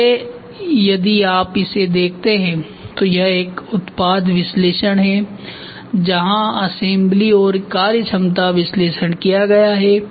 इसलिए यदि आप इसे देखते हैं तो यह एक उत्पाद विश्लेषण है जहां असेम्बली और कार्यक्षमता विश्लेषण किया गया है